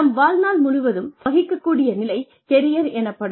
நம் வாழ்நாள் முழுவதும் நாம் வகிக்கக்கூடிய நிலை கெரியர் எனப்படும்